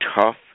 Tough